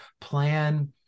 plan